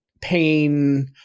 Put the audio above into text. pain